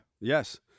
yes